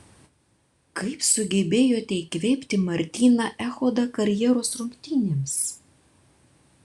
kaip sugebėjote įkvėpti martyną echodą karjeros rungtynėms